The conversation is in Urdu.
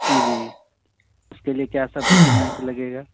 جی اس کے لیے کیا سب ڈاکیومینٹس لگے گا